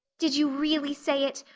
did you really say it?